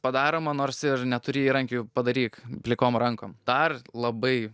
padaroma nors neturi įrankių padaryk plikom rankom dar labai